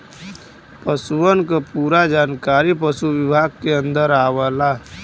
पसुअन क पूरा जानकारी पसु विभाग के अन्दर आवला